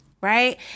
right